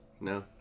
No